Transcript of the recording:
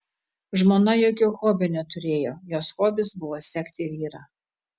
žmona jokio hobio neturėjo jos hobis buvo sekti vyrą